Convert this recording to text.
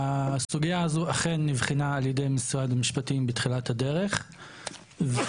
הסוגיה הזו אכן נבחנה על ידי משרד המשפטים בתחילת הדרך ואנחנו